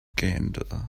gander